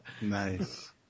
Nice